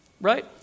right